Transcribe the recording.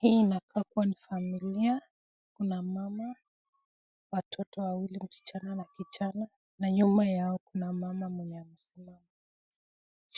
Hii ni kaa kuwa ni familia, kuna mama ,watoto wawili: msichana na kijana. Na nyuma yao kuna mama mwenye amesimama.